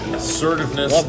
assertiveness